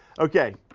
okay,